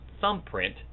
thumbprint